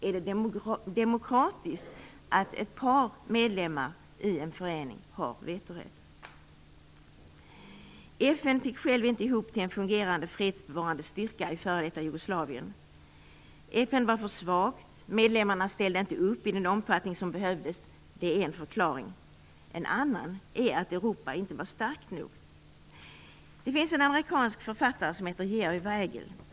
Är det demokratiskt att ett par medlemmar i en förening har vetorätt? FN fick själv inte ihop en fungerande fredsbevarande styrka i f.d. Jugoslavien. FN var för svagt. Medlemmarna ställde inte upp i den omfattning som behövdes. Det är en förklaring. En annan är att Europa inte var starkt nog. Det finns en amerikansk författare som heter George Weigel.